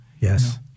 yes